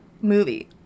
movie